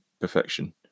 perfection